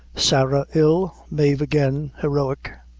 sarah ill mave again, heroic.